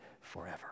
forever